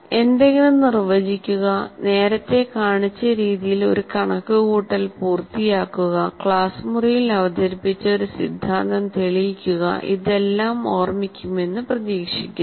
എന്തെങ്കിലും നിർവചിക്കുക നേരത്തെ കാണിച്ച രീതിയിൽ ഒരു കണക്കുകൂട്ടൽ പൂർത്തിയാക്കുക ക്ലാസ് മുറിയിൽ അവതരിപ്പിച്ച ഒരു സിദ്ധാന്തം തെളിയിക്കുക ഇതെല്ലം ഓർമ്മിക്കുമെന്ന് പ്രതീക്ഷിക്കുന്നു